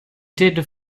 did